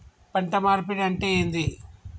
పంట మార్పిడి అంటే ఏంది?